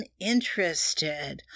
interested